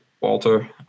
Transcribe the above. Walter